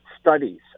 studies